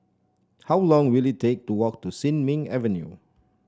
how long will it take to walk to Sin Ming Avenue